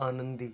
आनंदी